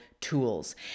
tools